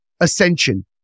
ascension